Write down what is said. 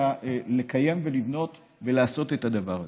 לקיים ולבנות ולעשות את הדבר הזה.